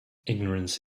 ignorance